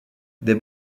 des